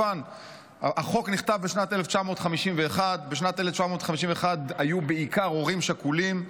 החוק נכתב בשנת 1951. בשנת 1951 היו בעיקר הורים שכולים.